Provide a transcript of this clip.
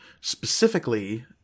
specifically